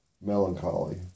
melancholy